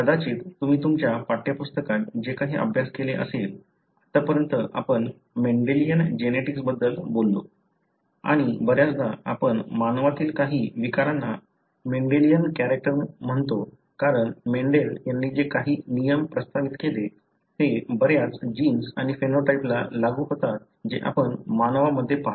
कदाचित तुम्ही तुमच्या पाठ्यपुस्तकात जे काही अभ्यास केले असेल आतापर्यंत आपण मेंडेलियन जेनेटिक्स बद्दल बोललो आणि बऱ्याचदा आपण मानवातील काही विकारांना मेंडेलियन कॅरेक्टर म्हणतो कारण मेंडल यांनी जे काही नियम प्रस्तावित केले ते बर्याच जीन्स आणि फेनोटाइपला लागू होतात जे आपण मानवामध्ये पाहतो